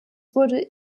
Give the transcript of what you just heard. wurde